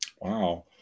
Wow